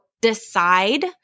decide